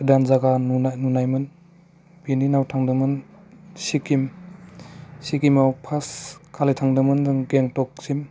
गोदान जागा नुनाय नुनायमोन बिनि उनाव थांदोंमोन सिकिम सिकिमाव पार्स्ट खालि थांदोंमोन जों गेंटकसिम